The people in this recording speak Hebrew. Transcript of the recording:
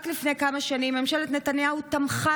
רק לפני כמה שנים ממשלת נתניהו תמכה